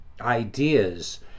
ideas